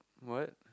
what